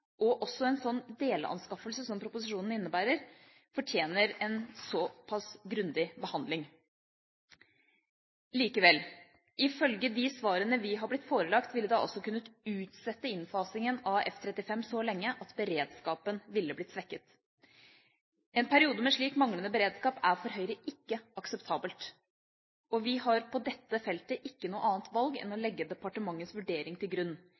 og også en delanskaffelse, som proposisjonen innebærer, fortjener en såpass grundig behandling. Likevel: Ifølge de svarene vi har blitt forelagt, ville det altså ha kunnet utsette innfasingen av F-35 så lenge at beredskapen ville blitt svekket. En periode med slik manglende beredskap er for Høyre ikke akseptabelt, og vi har på dette feltet ikke noe annet valg enn å legge departementets vurdering til grunn.